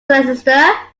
leicester